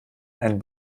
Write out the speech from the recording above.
einen